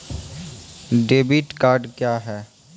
Debit card क्या हैं?